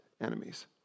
enemies